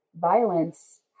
violence